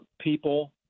people